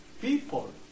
people